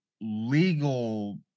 legal